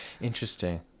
Interesting